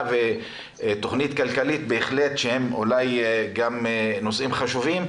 ותוכנית כלכלית שהם גם נושאים חשובים,